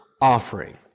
offering